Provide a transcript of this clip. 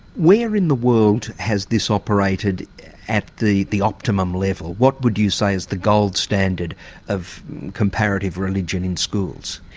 where in the world has this operated at the the optimum level? what would you say is the gold standard of comparative religion in schools?